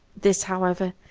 this, however,